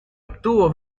obtuvo